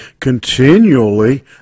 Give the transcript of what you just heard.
continually